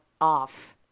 off